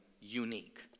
unique